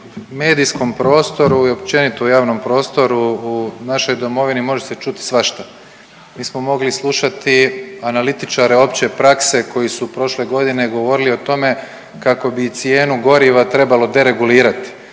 u medijskom prostoru i općenito u javnom prostoru u našoj domovini može se čuti svašta. Mi smo mogli slušati analitičare opće prakse koji su prošle godine govorili o tome kako bi cijenu goriva trebalo deregulirati,